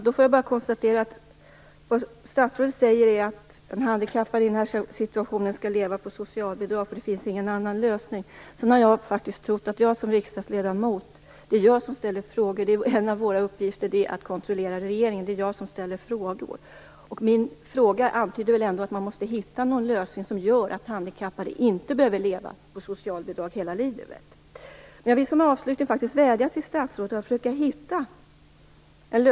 Herr talman! Vad statsrådet säger är alltså att handikappade i nämnda situation skall leva på socialbidrag, eftersom det inte finns någon annan lösning. För övrigt har jag trott att det är jag som riksdagsledamot som ställer frågor. En av riksdagsledamöternas uppgifter är ju att kontrollera regeringen. Det är alltså jag som ställer frågor. Min fråga antydde väl ändå att det är nödvändigt att hitta en lösning som gör att handikappade inte behöver leva på socialbidrag hela livet. Jag vädjar till statsrådet att försöka hitta en lösning här.